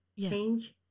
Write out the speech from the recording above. change